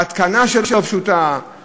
ההתקנה שלו פשוטה,